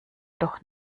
doch